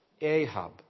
Ahab